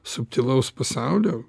subtilaus pasaulio